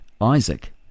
Isaac